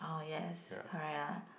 oh yes correct lah